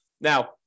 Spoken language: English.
now